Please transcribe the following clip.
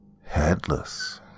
Headless